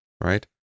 right